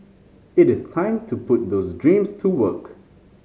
it is time to put those dreams to work